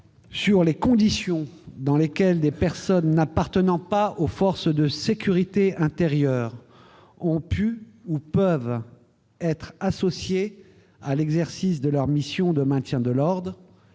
sur les conditions dans lesquelles des personnes n'appartenant pas aux forces de sécurité intérieure ont pu ou peuvent être associées à l'exercice de leurs missions de maintien de l'ordre